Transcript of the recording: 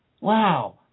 Wow